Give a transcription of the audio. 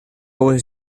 was